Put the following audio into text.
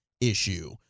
issue